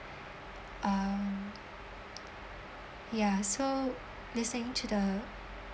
um ya so listening to the